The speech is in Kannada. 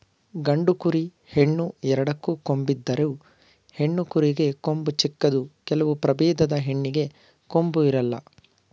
ಗಂಡು ಕುರಿ, ಹೆಣ್ಣು ಎರಡಕ್ಕೂ ಕೊಂಬಿದ್ದರು, ಹೆಣ್ಣು ಕುರಿಗೆ ಕೊಂಬು ಚಿಕ್ಕದು ಕೆಲವು ಪ್ರಭೇದದ ಹೆಣ್ಣಿಗೆ ಕೊಂಬು ಇರಲ್ಲ